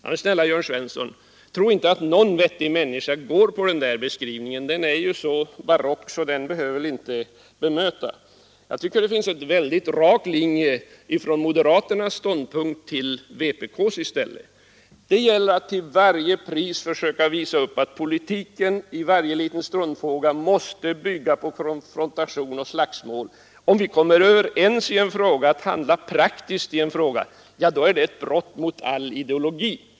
Men snälla Jörn Svensson, tro inte att någon vettig människa går på den beskrivningen, den är ju så barock att den inte behöver bemötas. Jag tycker att det finns en väldigt rak linje från moderata samlingspartiets till vänsterpartiet kommunisternas ståndpunkt. Det gäller att till varje pris försöka visa upp att politiken i varenda struntfråga måste bygga på konfrontation och slagsmål. Om vi kommer överens om att handla praktiskt i en fråga, då är det ett brott mot all ideologi.